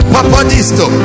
Papadisto